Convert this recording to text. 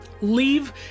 Leave